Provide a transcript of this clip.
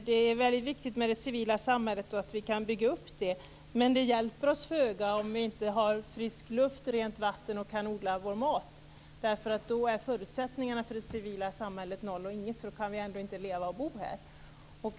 Det är väldigt viktigt att vi kan bygga upp det civila samhället, men det hjälper oss föga om vi inte har frisk luft, rent vatten och kan odla vår mat. Då är förutsättningarna för det civila samhället noll och intet. Då kan vi ändå inte leva och bo här.